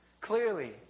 Clearly